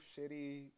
shitty